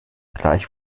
gleich